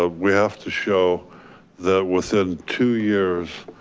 ah we have to show that within two years,